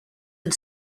had